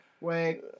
Wait